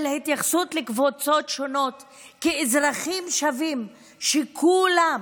של התייחסות לקבוצות שונות כאל אזרחים שווים שלכולם